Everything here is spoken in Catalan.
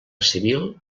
civil